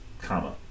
comma